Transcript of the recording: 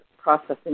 Processing